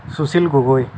Sushil Gogoi